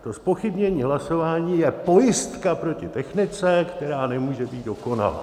To zpochybnění hlasování je pojistka proti technice, která nemůže být dokonalá.